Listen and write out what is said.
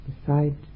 Decide